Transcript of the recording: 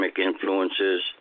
Influences